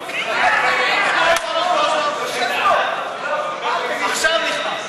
של קבוצת סיעת המחנה הציוני לסעיף 1 לא נתקבלו.